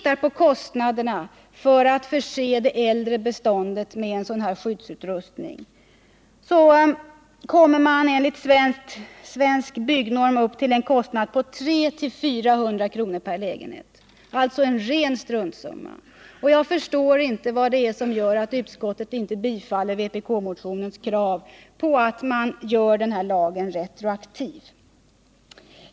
Kostnaderna för att förse det äldre bostadsbeståndet med en sådan här skyddsutrustning uppgår enligt Svensk byggnorm till 300-400 kr. per lägenhet, alltså en ren struntsumma. Jag förstår inte vad det är som gör att utskottet inte vill tillstyrka vpk-motionens krav på att denna lag görs retroaktiv.